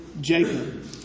Jacob